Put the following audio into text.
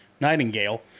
Nightingale